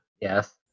yes